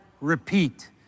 repeat